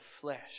flesh